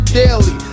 daily